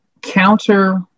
counter